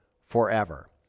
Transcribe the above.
forever